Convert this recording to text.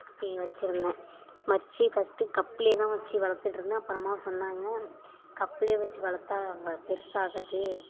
போய் வெச்சுருந்தேன் வெச்சு ஃபர்ஸ்ட்டு கப்புலேயே தான் வெச்சு வளத்துட்டுருந்தேன் அப்புறமா சொன்னாங்க கப்புலேயே வெச்சு வளர்த்தா பெருசாகாது